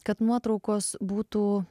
kad nuotraukos būtų